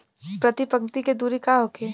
प्रति पंक्ति के दूरी का होखे?